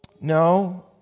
no